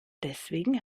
deswegen